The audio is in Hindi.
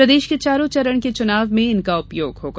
प्रदेश के चारों चरण के चुनाव में इनका उपयोग होगा